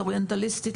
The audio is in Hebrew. אוריינטליסטית,